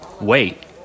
Wait